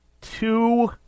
two